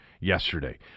yesterday